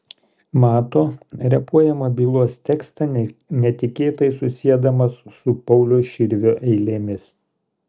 mato repuojamą bylos tekstą netikėtai susiedamas su pauliaus širvio eilėmis